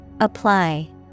Apply